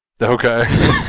Okay